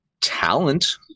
talent